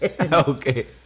Okay